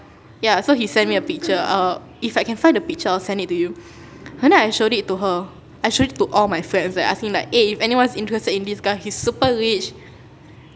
ya so he sent me a picture uh if I can find the picture I'll send it to you then I showed it to her I showed it to all my friends like asking like eh if anyone's interested in this guy he's super rich